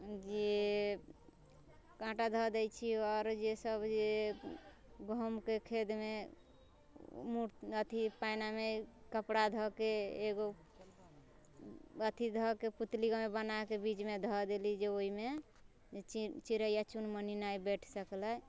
जे काँटा धऽ दै छी और जे सब जे गहुँम के खेतमे अथी पैनामे कपड़ा धऽके एगो अथी धऽके पुतली बनाके बीच मे धऽ देलीजे ओइमे जे चिड़ैया चुनमुनी नहि बैठ सकलै